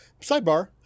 sidebar